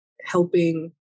helping